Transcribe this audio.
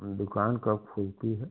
दुकान कब खुलती है